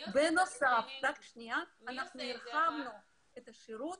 בנוסף, הרחבנו את השירות